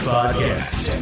Podcast